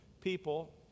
people